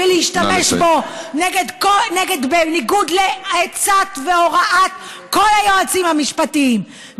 ולהשתמש בו בניגוד לעצת ולהוראת כל היועצים המשפטיים,